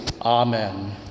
Amen